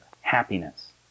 happiness